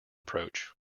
approach